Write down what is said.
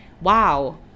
wow